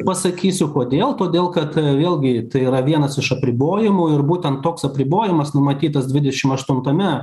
pasakysiu kodėl todėl kad vėlgi tai yra vienas iš apribojimų ir būtent toks apribojimas numatytas dvidešim aštuntame